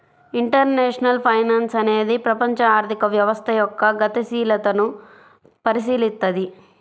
international finance అనేది ప్రపంచ ఆర్థిక వ్యవస్థ యొక్క గతిశీలతను పరిశీలిత్తది